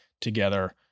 together